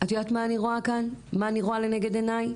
את יודעת מה אני רואה לנגד עיניי?